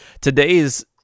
today's